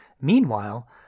Meanwhile